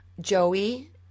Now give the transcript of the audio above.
Joey